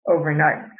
Overnight